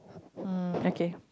um okay